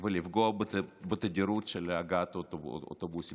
ולפגוע בתדירות של הגעת אוטובוסים.